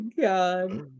God